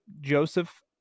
Joseph